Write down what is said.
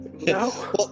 No